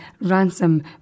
Ransom